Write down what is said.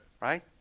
Right